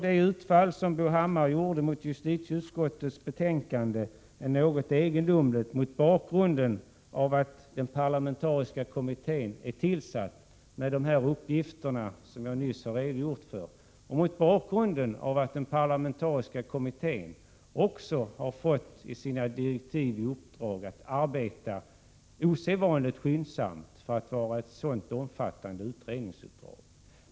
Det utfall som Bo Hammar gjorde mot justitieutskottets betänkande är något egendomligt mot bakgrund av att den parlamentariska kommittén med de uppgifter jag nyss redogjort för är tillsatt och mot bakgrund av att den parlamentariska kommittén i sina direktiv också har fått i uppdrag att arbeta osedvanligt skyndsamt med tanke på att det är ett så omfattande utredningsuppdrag.